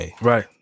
Right